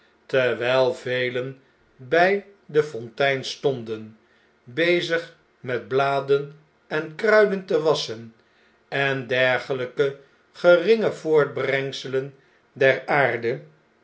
terwjjl velen bij de fontein stonden bezig met bladen en kruiden tewasschen en dergeljjke geringe voortbrengselen der aarde